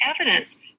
evidence